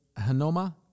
Hanoma